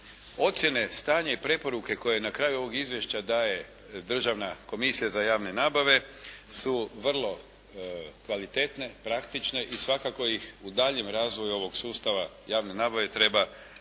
Ocjene, stanja i preporuke koje na kraju ovog izvješća daje Državna komisija za javne nabave su vrlo kvalitetne, praktične i svakako ih u daljnjem razvoju ovog sustava javne nabave treba primijeniti